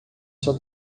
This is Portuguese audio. sua